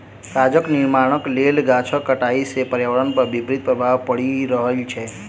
कागजक निर्माणक लेल गाछक कटाइ सॅ पर्यावरण पर विपरीत प्रभाव पड़ि रहल छै